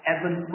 Evan